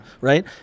Right